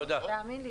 תודה.